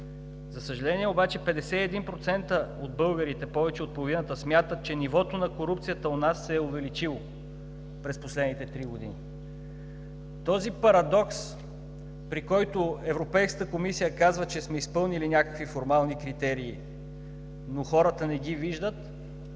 За съжаление обаче, 51% от българите – повече от половината, смятат, че нивото на корупцията у нас се е увеличило през последните три години. Този парадокс, при който Европейската комисия казва, че сме изпълнили някакви формални критерии, но хората не ги виждат,